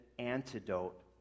antidote